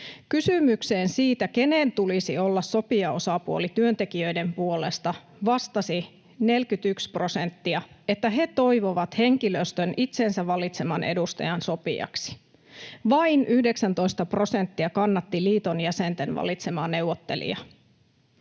Kysymykseen siitä, kenen tulisi olla sopijaosapuoli, työntekijöiden puolesta vastasi 41 prosenttia, että he toivovat henkilöstön itsensä valitseman edustajan sopijaksi. Vain 19 prosenttia kannatti liiton jäsenten valitsemaa neuvottelijaa.